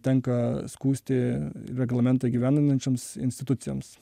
tenka skųsti reglamentą įgyvendinančioms institucijoms